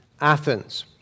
Athens